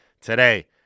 today